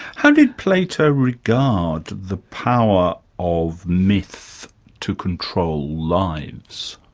how did plato regard the power of myth to control lives?